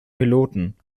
piloten